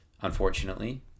unfortunately